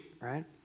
Right